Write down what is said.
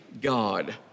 God